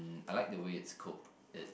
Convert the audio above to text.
I like the way it's cooked